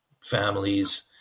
families